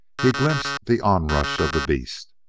he glimpsed the onrush of the beast.